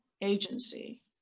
agency